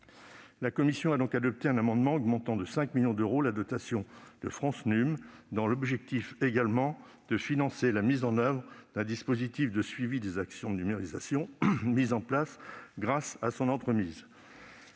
La commission a donc adopté un amendement qui tend à augmenter de 5 millions d'euros la dotation de France Num, dans l'objectif de financer également la mise en oeuvre d'un dispositif de suivi des actions de numérisation mises en place grâce à son entremise.